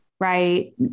right